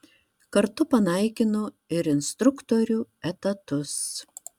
kartu panaikino ir instruktorių etatus